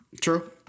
true